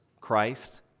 Christ